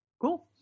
Cool